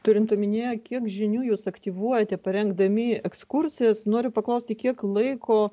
turint omenyje kiek žinių jūs aktyvuojate parengdami ekskursijas noriu paklausti kiek laiko